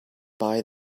buy